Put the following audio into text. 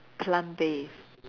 plant based